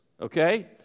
okay